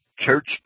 church